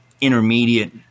intermediate